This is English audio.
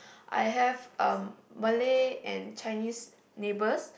I have a Malay and Chinese neighbors